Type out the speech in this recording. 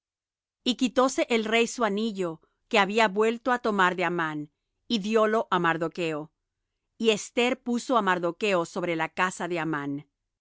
y quitóse el rey su anillo que había vuelto á tomar de aman y diólo á mardocho y esther puso á mardocho sobre la casa de amán